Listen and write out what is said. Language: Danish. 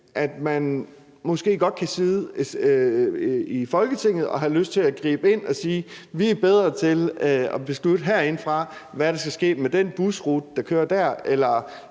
man måske godt kan sidde i Folketinget og have lyst til at gribe ind og sige: Vi er bedre til at beslutte herindefra, hvad der skal ske med den busrute, der kører dér, eller